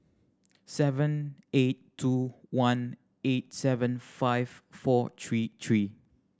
seven eight two one eight seven five four three three